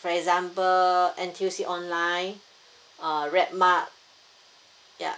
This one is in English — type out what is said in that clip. for example N_T_U_C online uh redmart ya